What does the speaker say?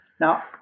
Now